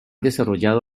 desarrollado